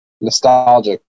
nostalgic